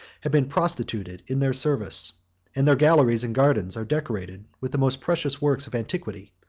have been prostituted in their service and their galleries and gardens are decorated with the most precious works of antiquity,